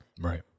Right